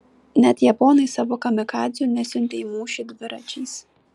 net japonai savo kamikadzių nesiuntė į mūšį dviračiais